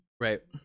Right